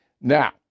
Now